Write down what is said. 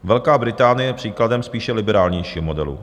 Velká Británie je příkladem spíše liberálnějšího modelu.